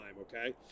Okay